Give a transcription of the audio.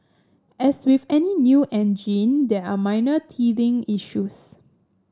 as with any new engine there are minor teething issues